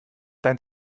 dein